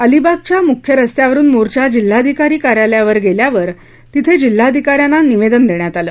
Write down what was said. अलिबागच्या मुख्य रस्त्यावरून मोर्चा जिल्हाधिकारी कार्यालयावर गेल्यानंतर तिथं जिल्हाधिकाऱ्यांना निवेदन देण्यात आले